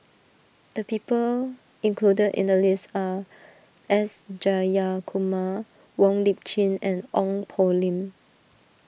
the people included in the list are S Jayakumar Wong Lip Chin and Ong Poh Lim